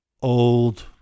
old